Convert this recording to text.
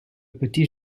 petit